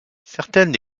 certaines